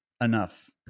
enough